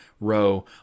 row